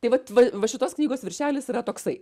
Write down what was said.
tai vat va šitos knygos viršelis yra toksai